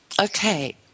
Okay